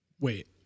Wait